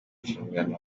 nshingano